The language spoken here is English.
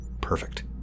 perfect